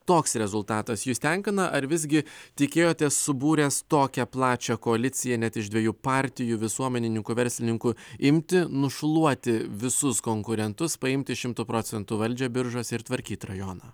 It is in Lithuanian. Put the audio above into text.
toks rezultatas jus tenkina ar visgi tikėjotės subūręs tokią plačią koaliciją net iš dviejų partijų visuomenininkų verslininkų imti nušluoti visus konkurentus paimti šimtu procentų valdžią biržuose ir tvarkyt rajoną